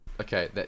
Okay